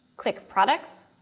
click products,